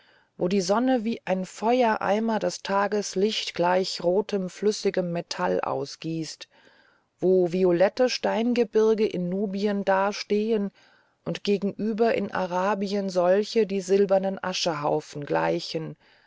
wo die sonne wie ein feuereimer das tageslicht gleich rotem flüssigem metall ausgießt wo violette steingebirge in nubien dastehen und gegenüber in arabien solche die silbernen aschenhaufen gleichen